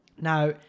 Now